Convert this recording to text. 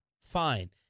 fine